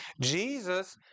Jesus